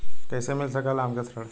कइसे मिल सकेला हमके ऋण?